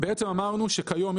אמרנו שכיום,